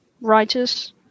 writers